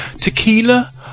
Tequila